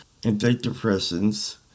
Antidepressants